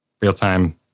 Real-time